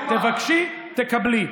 תבקשי, תקבלי.